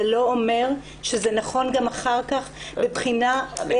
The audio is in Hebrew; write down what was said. זה לא אומר שזה נכון גם אחר-כך --- הנקודה